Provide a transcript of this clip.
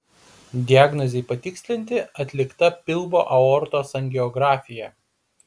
diagnozei patikslinti atlikta pilvo aortos angiografija